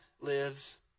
lives